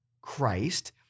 Christ